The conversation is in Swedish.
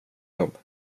jobb